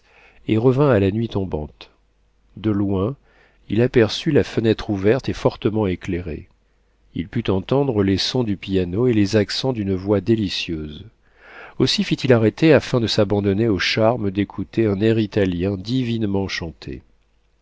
et revint à la nuit tombante de loin il aperçut la fenêtre ouverte et fortement éclairée il put entendre les sons du piano et les accents d'une voix délicieuse aussi fit-il arrêter afin de s'abandonner au charme d'écouter un air italien divinement chanté